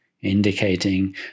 indicating